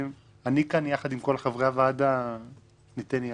ואני כאן יחד עם כל חברי הוועדה ניתן יד.